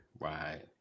Right